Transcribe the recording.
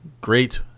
great